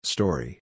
Story